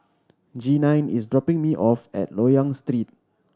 Jeanine is dropping me off at Loyang Street